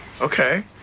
Okay